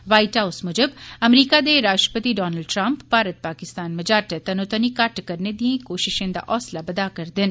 white House मुजब America दे राष्ट्रपति डोनाल्ड़ ट्रम्प भारत पाकिस्तान मझाटै तनोतनी घट्ट करने दिएं कोशिशें दा हौंसला बधा'रदे न